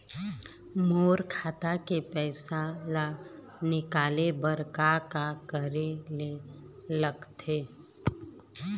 मोर खाता के पैसा ला निकाले बर का का करे ले लगथे?